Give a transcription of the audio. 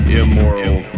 immoral